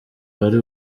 wari